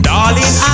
Darling